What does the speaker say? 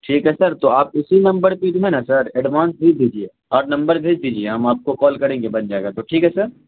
ٹھیک ہے سر تو آپ اسی نمبر پہ جو ہے نا سر ایڈوانس دے دیجیے اور نمبر بھیج دیجیے ہم آپ کو کال کریں گے بن جائے گا تو ٹھیک ہے سر